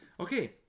Okay